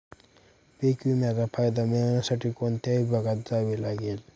पीक विम्याचा फायदा मिळविण्यासाठी कोणत्या विभागात जावे लागते?